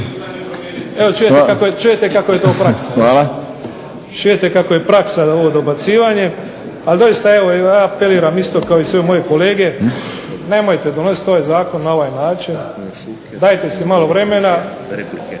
Evo čujete kako je to u praksi. Čujete kako je praksa ovo dobacivanje. Ali doista evo ja apeliram isto kao i svi moji kolege, nemojte donosit ovaj zakon na ovaj način, dajte si malo vremena,